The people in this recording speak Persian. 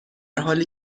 حالی